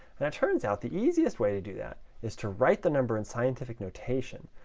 that turns out the easiest way to do that is to write the number in scientific notation,